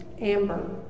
amber